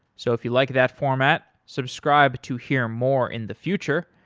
so if you like that format, subscribe to hear more in the future.